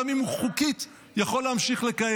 גם אם חוקית הוא יכול להמשיך לכהן.